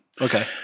Okay